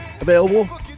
available